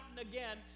again